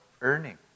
earning